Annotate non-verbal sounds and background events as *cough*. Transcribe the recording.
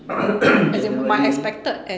*coughs* generally